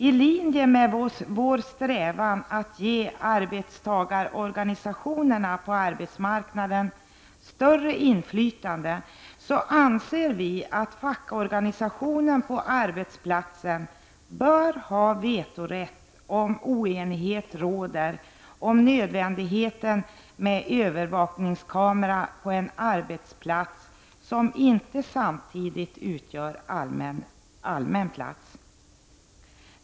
I linje med vår strävan att ge arbetstagarorganisationerna på arbetsmarknaden större inflytande anser vi att fackorganisationen på arbetsplatsen bör ha vetorätt om oenighet råder om nödvändigheten av övervakningskamera på en arbetsplats som inte samtidigt utgör allmän plats.